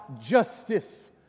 justice